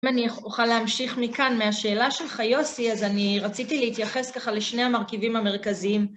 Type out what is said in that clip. אם אני אוכל להמשיך מכאן מהשאלה שלך, יוסי, אז אני רציתי להתייחס ככה לשני המרכיבים המרכזיים.